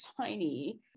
tiny